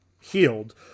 healed